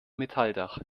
metalldach